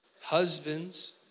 husbands